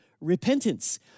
repentance